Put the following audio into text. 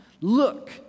Look